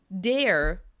dare